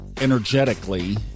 energetically